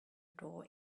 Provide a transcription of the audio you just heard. door